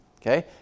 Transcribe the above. okay